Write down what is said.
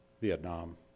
Vietnam